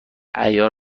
عیار